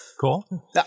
cool